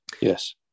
Yes